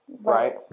Right